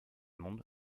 monde